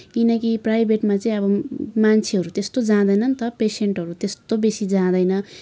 किनकि प्राइभेटमा चाहिँ अब मान्छेहरू त्यस्तो जाँदैन नि त पेसेन्टहरू त्सस्तो बेसी जाँदैन